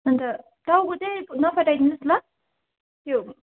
अन्त टाउको चाहिँ नपठाइदिनुहोस् ल त्यो